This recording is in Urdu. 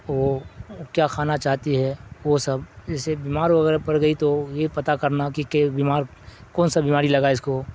وہ کیا کھانا چاہتی ہے وہ سب جیسے بیمار وغیرہ پر گئی تو یہ پتہ کرنا کہ بیمار کون سا بیماری لگا ہے اس کو